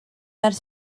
ers